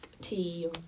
tea